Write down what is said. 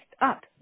up